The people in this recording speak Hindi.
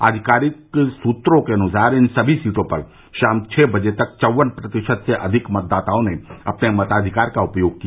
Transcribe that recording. आधिकारिक सूत्रों के अनुसार इन सभी सीटों पर शाम छह बजे तक चौवन प्रतिशत से अधिक मतदाताओं ने अपने मताधिकार का उपयोग किया